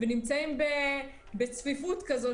ונמצאים בצפיפות כזו,